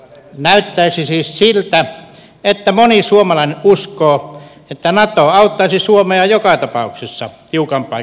näyttäisi siis siltä että moni suomalainen uskoo että nato auttaisi suomea joka tapauksessa tiukan paikan tullen